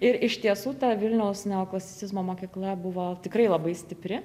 ir iš tiesų ta vilniaus neoklasicizmo mokykla buvo tikrai labai stipri